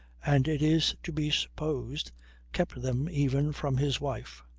and it is to be supposed kept them even from his wife.